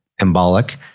embolic